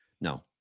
No